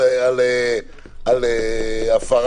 והסיטואציה שהתייחסה אליה המשטרה, של הפרה